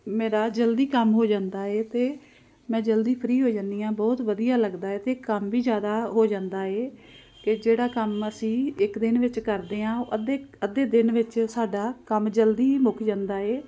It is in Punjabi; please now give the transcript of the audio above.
ਮੇਰਾ ਜਲਦੀ ਕੰਮ ਹੋ ਜਾਂਦਾ ਹੈ ਅਤੇ ਮੈਂ ਜਲਦੀ ਫਰੀ ਹੋ ਜਾਂਦੀ ਹਾਂ ਬਹੁਤ ਵਧੀਆ ਲੱਗਦਾ ਅਤੇ ਕੰਮ ਵੀ ਜ਼ਿਆਦਾ ਹੋ ਜਾਂਦਾ ਹੈ ਕਿ ਜਿਹੜਾ ਕੰਮ ਅਸੀਂ ਇੱਕ ਦਿਨ ਵਿੱਚ ਕਰਦੇ ਹਾਂ ਅੱਧੇ ਅੱਧੇ ਦਿਨ ਵਿੱਚ ਸਾਡਾ ਕੰਮ ਜਲਦੀ ਮੁੱਕ ਜਾਂਦਾ ਹੈ